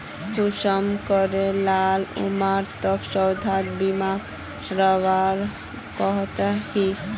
कुंसम करे साल उमर तक स्वास्थ्य बीमा करवा सकोहो ही?